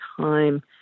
time